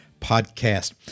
Podcast